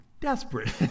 desperate